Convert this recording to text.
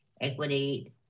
equity